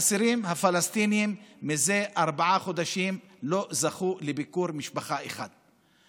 האסירים הפלסטינים מזה ארבעה חודשים לא זכו לביקור משפחה אחד.